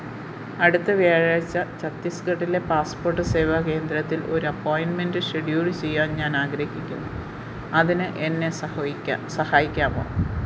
അടുത്ത വ്യാഴാഴ്ച ഛത്തീസ്ഗഡിലെ പാസ്പോർട്ട് സേവാ കേന്ദ്രത്തിൽ ഒരു അപ്പോയിന്റ്മെൻ്റ് ഷെഡ്യൂൾ ചെയ്യാൻ ഞാൻ ആഗ്രഹിക്കുന്നു അതിന് എന്നെ സഹോയിക്കാ സഹായിക്കാമോ